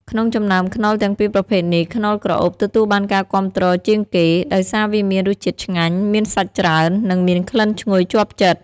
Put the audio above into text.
ក្នុងចំណោមខ្នុរទាំងពីរប្រភេទនេះ ខ្នុរក្រអូប ទទួលបានការគាំទ្រជាងគេ ដោយសារវាមានរសជាតិឆ្ងាញ់ មានសាច់ច្រើន និងមានក្លិនឈ្ងុយជាប់ចិត្ត។